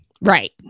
Right